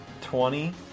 Twenty